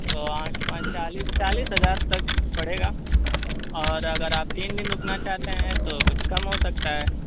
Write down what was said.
تو آٹھ پانچ چالیس چالیس ہزار تک پڑے گا اور اگر آپ تین دن رکنا چاہتے ہیں تو کچھ کم ہو سکتا ہے